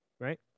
right